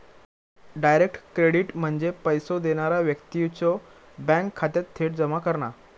direct credit म्हणजे पैसो देणारा व्यक्तीच्यो बँक खात्यात थेट जमा करणा